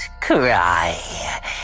cry